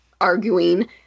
arguing